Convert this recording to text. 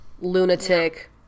lunatic